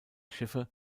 schiffe